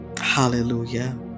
Hallelujah